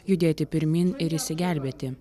judėti pirmyn ir išsigelbėti